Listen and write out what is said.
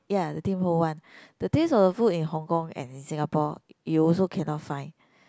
ya the Tim-Ho-Wan the taste of the food in Hong-Kong and in Singapore you also cannot find